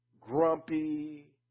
grumpy